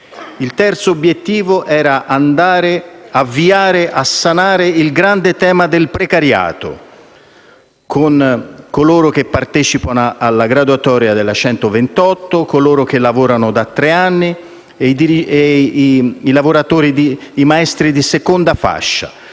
Il terzo obiettivo era iniziare a sanare il grande tema del precariato, con coloro che partecipano alla graduatoria della legge n. 128 del 2013, coloro che lavorano da tre anni e i maestri di seconda fascia.